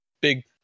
big